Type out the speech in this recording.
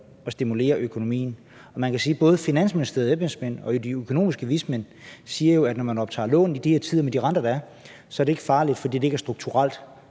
Så man kan sige, at både Finansministeriets embedsmænd og de økonomiske vismænd jo siger, at når man tager lån i de her tider, med de renter, der er, så er det ikke farligt, fordi det ikke er strukturelt.